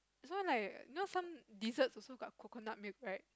so like you know some dessert also got coconut milk right